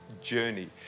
journey